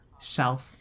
shelf